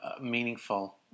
meaningful